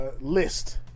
list